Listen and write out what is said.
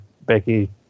Becky